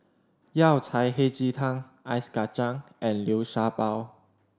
Yao Cai Hei Ji Tang ice kacang and Liu Sha Bao